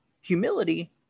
humility